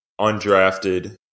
undrafted